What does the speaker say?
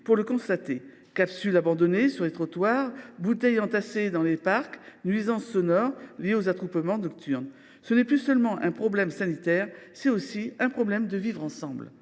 pour le constater : capsules abandonnées sur les trottoirs, bouteilles entassées dans les parcs, nuisances sonores liées aux attroupements nocturnes. Nous faisons face non seulement à un problème sanitaire, mais aussi à un problème de vivre ensemble.